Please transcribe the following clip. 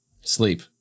sleep